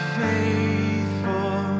faithful